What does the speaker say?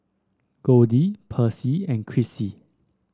Goldie Percy and Krissy